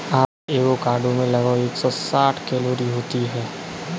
आधे एवोकाडो में लगभग एक सौ साठ कैलोरी होती है